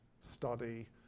study